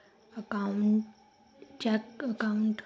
account check account